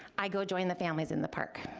i go join the families in the park.